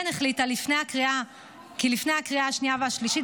כן החליטה כי לפני הקריאה השנייה והשלישית